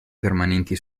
permanenti